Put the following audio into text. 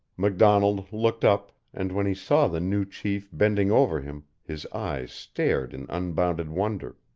macdonald looked up, and when he saw the new chief bending over him his eyes stared in unbounded wonder.